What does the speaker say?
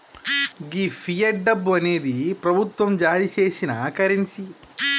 గీ fiat డబ్బు అనేది ప్రభుత్వం జారీ సేసిన కరెన్సీ